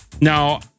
Now